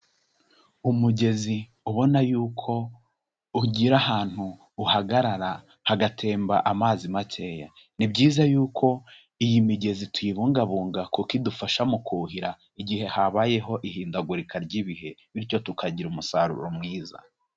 Umugezi ubona yuko ugira ahantu uhagarara hagatemba amazi makeya, ni byiza yuko iyi migezi tuyibungabunga kuko idufasha mu kuhira igihe habayeho ihindagurika ry'ibihe, bityo tukagira umusaruro mwiza.